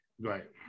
Right